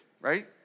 right